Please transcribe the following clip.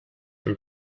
from